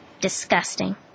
Disgusting